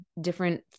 different